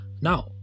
now